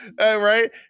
right